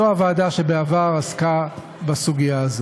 זו הוועדה שבעבר עסקה בסוגיה הזאת.